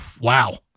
Wow